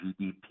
GDP